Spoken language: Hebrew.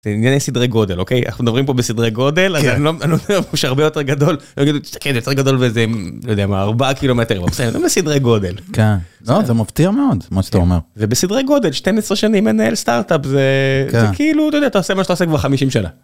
סדרי גודל אוקיי. אנחנו מדברים פה בסדרי גודל הרבה יותר גדול וזה יותר גדול באיזה 4 קילומטרים בסדרי גודל. זה מפתיע מאוד מה שאתה אומר ובסדרי גודל, 12 שנים מנהל סטארט-אפ, זה כאילו אתה עושה מה שאתה עושה כבר 50 שנה.